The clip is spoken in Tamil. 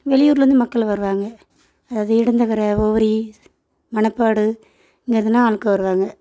வெளியூரிலேருந்து மக்கள் வருவாங்க அது இருந்தங்கரை ஓரி மணப்பாடு இங்கேயிருந்துலாம் ஆட்கள் வருவாங்க